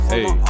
Hey